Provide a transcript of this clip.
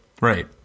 right